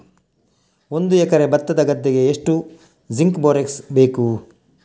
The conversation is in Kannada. ಒಂದು ಎಕರೆ ಭತ್ತದ ಗದ್ದೆಗೆ ಎಷ್ಟು ಜಿಂಕ್ ಬೋರೆಕ್ಸ್ ಬೇಕು?